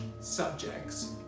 subjects